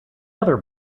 other